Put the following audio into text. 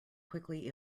quickly